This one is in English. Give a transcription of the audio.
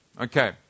Okay